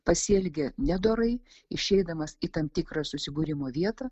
pasielgė nedorai išeidamas į tam tikrą susibūrimo vietą